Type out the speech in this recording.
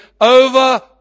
over